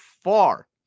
far